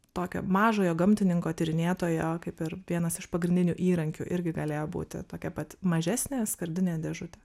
tokio mažojo gamtininko tyrinėtojo kaip ir vienas iš pagrindinių įrankių irgi galėjo būti tokia pat mažesnė skardinė dėžutė